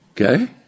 Okay